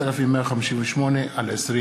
פ/3158/20.